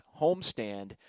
homestand